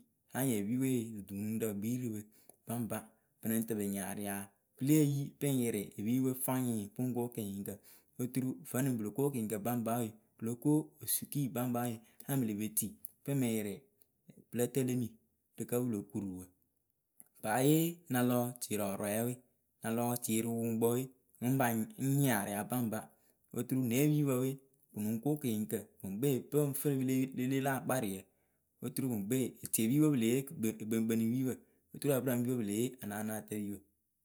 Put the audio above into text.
anyɩŋ epipǝ we we dutunuŋrǝ gbii rɨ pɨ baŋbapɨ lɨŋ tɨ pɨ nyɩŋ aria pɨ le eyi pɨŋ yɩrɩ epipǝ we fwaɩ pɨŋ ko kɨnyɩŋkǝ oturu vǝ́ nɨŋ pɨ lo kɨnyɩŋkǝ baŋba we pɨ lo ko osuki baŋba we anyɩŋ pɨ le pe tii pɨŋ mɨ yɩrɩ pɨlǝ tǝ lemi rɨ kǝ pɨlo kuru wǝ paa yee na lɔ tierɔɔrɔɛ we na lɔ tie rɨ wɨpoŋkpǝ weŋpa ŋ nyɩŋ aria baŋba oturu ne epipǝ we pɨ lɨŋ ko kɨnyɩŋkǝ pɨŋ kpe pɨŋ fɨ rɨ pɨle le le la akparɩyǝ oturu ŋwɨ kpe etiepipǝ we pɨ le yee kɨ kpeŋ ekpeŋkpenipipǝ oturu ǝpɨrǝŋpipǝ we pɨ le yee anaanatǝpipǝ.